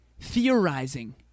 Theorizing